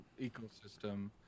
ecosystem